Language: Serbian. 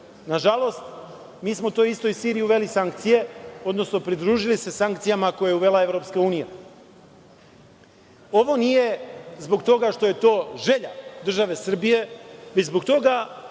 Nažalost, mi smo toj istoj Siriji uveli sankcije, odnosno pridružili se sankcijama koje je uvela Evropska unija. Ovo nije zbog toga što je to želja države Srbije, već zbog toga